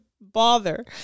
bother